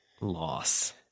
loss